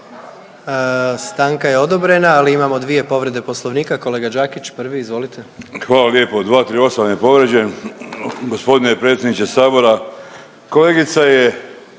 Stanka je odobrena, ali imamo dvije povrede poslovnika. Kolega Đakić prvi izvolite. **Đakić, Josip (HDZ)** Hvala lijepo. 238. je povrijeđen g. predsjedniče Sabora kolegica je